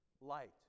light